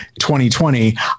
2020